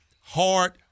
hard